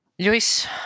Luis